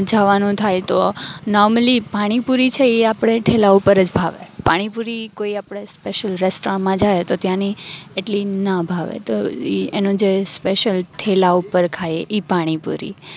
જવાનું થાય તો નૉર્મલી પાણીપુરી છે ઈ આપણે ઠેલા ઉપર જ ભાવે પાણીપુરી આપણે સ્પેશિયલ રેસ્ટોરાંમાં જઈએ તો ત્યાંની એટલી ન ભાવે તો ઈ એનો જે સ્પેશિયલ ઠેલા ઉપર ખાઈ ઈ પાણીપુરી